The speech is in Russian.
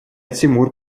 тимур